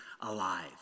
alive